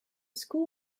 school